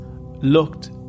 looked